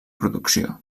producció